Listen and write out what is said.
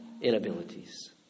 inabilities